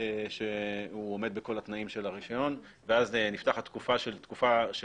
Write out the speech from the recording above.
שהוא עומד בכל התנאים של הרישיון ואז נפתחת תקופה של